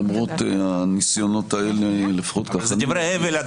למרות הניסיונות האלה -- אבל אלה דברי הבל.